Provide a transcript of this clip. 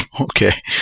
Okay